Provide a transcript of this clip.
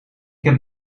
heb